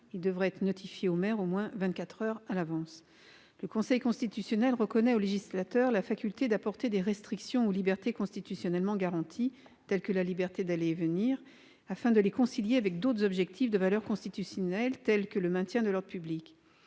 il devrait être notifié au maire au moins vingt-quatre heures à l'avance. Le Conseil constitutionnel reconnaît au législateur la faculté d'apporter des restrictions aux libertés constitutionnellement garanties, telles que la liberté d'aller et venir, afin de les concilier avec d'autres objectifs de valeur constitutionnelle, tels que le maintien de l'ordre public.